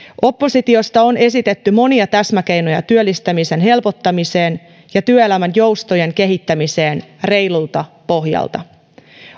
oppositiosta on esitetty monia täsmäkeinoja työllistämisen helpottamiseen ja työelämän joustojen kehittämiseen reilulta pohjalta